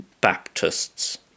Baptists